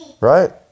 Right